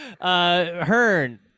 Hearn